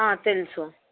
తెలుసు